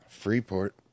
Freeport